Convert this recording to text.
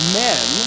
men